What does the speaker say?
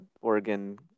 Oregon